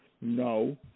No